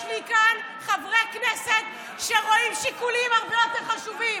יש לי כאן חברי כנסת שרואים שיקולים הרבה יותר חשובים